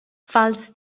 falls